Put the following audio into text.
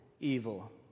evil